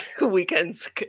weekends